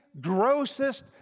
grossest